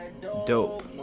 dope